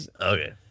Okay